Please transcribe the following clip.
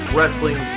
Wrestling